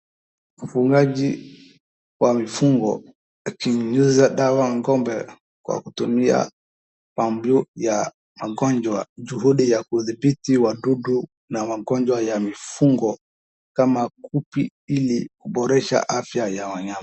Mfugaji wa mifugo akinyunyiza dawa ng'ombe kwa kutumia pampu ya magonjwa, juhudi ya kudhibiti wadudu na magonjwa ya mifugo kama kupe ili kuboresha afya ya wanyama.